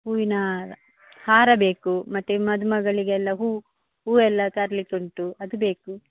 ಹೂವಿನ ಹಾರ ಹಾರ ಬೇಕು ಮತ್ತೆ ಮದುಮಗಳಿಗೆ ಎಲ್ಲ ಹೂ ಹೂ ಎಲ್ಲ ತರಲಿಕ್ಕೆ ಉಂಟು ಅದು ಬೇಕು